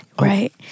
right